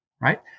Right